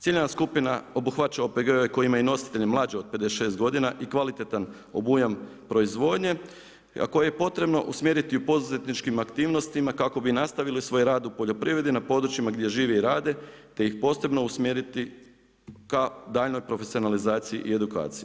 Ciljna skupina obuhvaća OPG-ove koji ima nositelji mlađe od 56 g. i kvalitetan obujam proizvodnje, a koji je potrebno usmjeriti poduzetničkim aktivnostima, kako bi nastavili svoj rad u poljoprivredi na područjima gdje žive i rade te ih posebno usmjeriti ka daljnjoj profesionalizaciji i edukaciji.